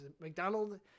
McDonald